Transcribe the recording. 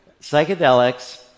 Psychedelics